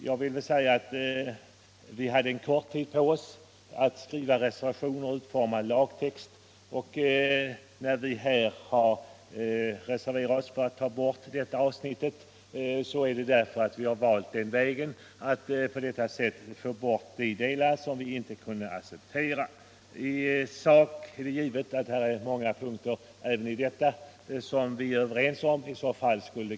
Jag vill då säga att vi hade kort tid på oss för att skriva reservationen och att utforma en lagtext, och när vi här har reserverat oss för att ta bort nästan ett helt avsnitt, så är det därför att vissa delar inte har kunnat accepteras, men givetvis finns vissa avsnitt som är godtagbara.